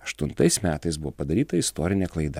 aštuntais metais buvo padaryta istorinė klaida